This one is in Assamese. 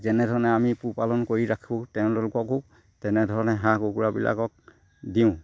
যেনেধৰণে আমি পোহপালন কৰি ৰাখোঁ তেওঁলোককো তেনেধৰণে হাঁহ কুকুৰাবিলাকক দিওঁ